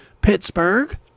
Pittsburgh